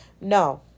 no